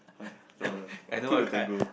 oh ya dollar two to tango